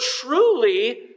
truly